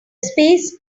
space